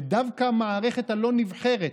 ודווקא המערכת הלא-נבחרת,